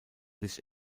this